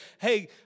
hey